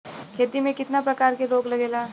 खेती में कितना प्रकार के रोग लगेला?